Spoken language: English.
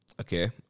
Okay